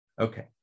Okay